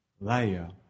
liar